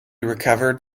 recovered